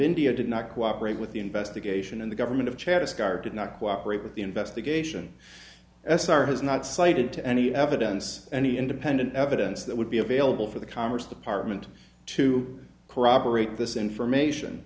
india did not cooperate with the investigation and the government of chavis carter did not cooperate with the investigation as our has not cited to any evidence any independent evidence that would be available for the commerce department to corroborate this information